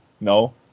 No